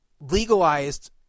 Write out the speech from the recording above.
legalized